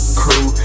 crew